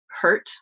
hurt